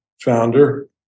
founder